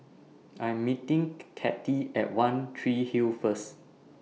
I Am meeting Kathey At one Tree Hill First